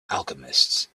alchemists